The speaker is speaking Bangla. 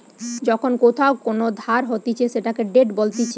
যখন কোথাও কোন ধার হতিছে সেটাকে ডেট বলতিছে